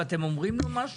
אתם אומרים לו משהו?